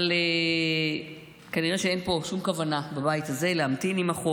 אבל כנראה שאין פה בבית הזה שום כוונה להמתין עם החוק.